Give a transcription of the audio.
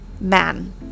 Man